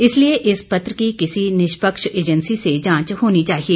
इसलिए इस पत्र की किसी निष्पक्ष एजेंसी से जांच होनी चाहिए